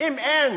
אם אין